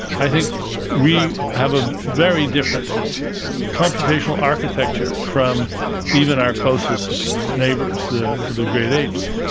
i think we have a very different computational architecture from even our closest neighbours, the the great apes,